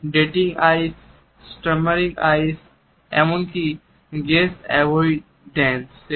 darting eyes stammering eyes এমনকি gaze অ্যাভয়েডান্সের